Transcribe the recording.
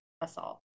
assault